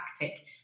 tactic